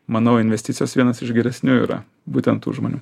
manau investicijos vienas iš geresnių yra būtent tų žmonių